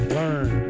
learn